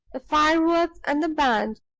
the fireworks, and the band.